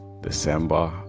December